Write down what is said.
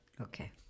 Okay